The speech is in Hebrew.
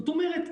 זאת אומרת,